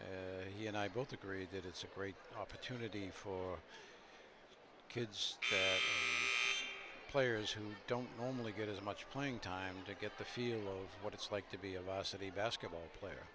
he and i both agree that it's a great opportunity for kids players who don't normally get as much playing time to get the feel of what it's like to be of a city basketball player